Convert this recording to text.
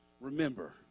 remember